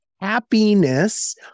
happiness